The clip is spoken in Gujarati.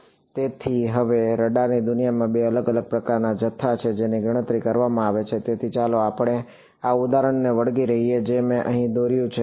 હવે તેથી રડારની દુનિયામાં બે અલગ અલગ પ્રકારના જથ્થા છે જેની ગણતરી કરવામાં આવે છે તેથી ચાલો આપણે આ ઉદાહરણને વળગી રહીએ જે મેં અહીં દોર્યું છે